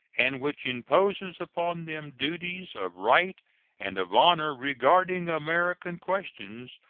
and which imposes upon them duties of right and of honor regarding american questions,